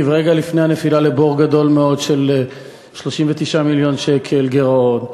רגע לפני הנפילה לבור גדול מאוד של 39 מיליון שקל גירעון,